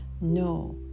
no